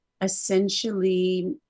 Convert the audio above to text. essentially